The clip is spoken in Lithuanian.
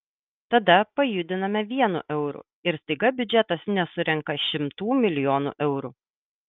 tada pajudiname vienu euru ir staiga biudžetas nesurenka šimtų milijonų eurų